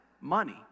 money